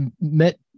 met